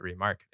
remarketing